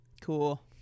cool